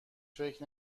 فکر